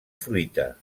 fruita